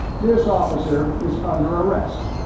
this officer is under arrest.